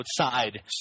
outside